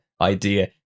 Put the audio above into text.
idea